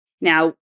Now